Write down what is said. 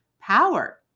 power